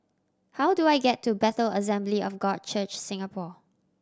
how do I get to Bethel Assembly of God Church Singapore